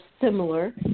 similar